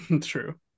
true